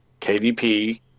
KDP